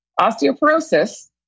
osteoporosis